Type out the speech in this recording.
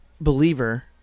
believer